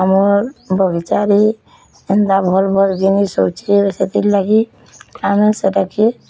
ଆମର୍ ବଗିଚାରେ ଏନ୍ତା ଭଲ୍ ଭଲ୍ ଜିନିଷ୍ ଅଛି ସେଥିର୍ ଲାଗି ଆମେ ସେଟାକେ